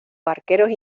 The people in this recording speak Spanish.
barqueros